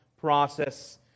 process